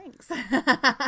Thanks